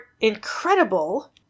incredible